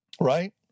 right